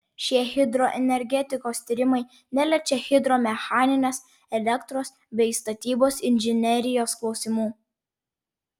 šie hidroenergetikos tyrimai neliečia hidromechaninės elektros bei statybos inžinerijos klausimų